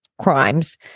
crimes